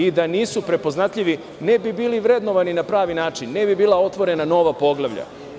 I da nisu prepoznatljivi, ne bi bili vrednovani na pravi način, ne bi bila otvorena nova poglavlja.